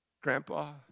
grandpa